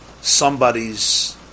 somebody's